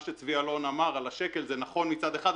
מה שצבי אלון אמר על השקל זה נכון מצד אחד,